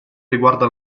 riguarda